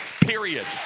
period